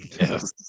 Yes